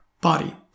body